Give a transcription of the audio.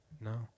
No